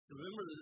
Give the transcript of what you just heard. Remember